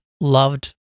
loved